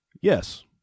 Yes